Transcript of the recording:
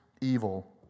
evil